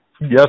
Yes